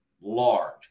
large